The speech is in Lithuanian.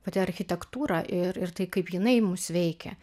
pati architektūra ir ir tai kaip jinai mus veikia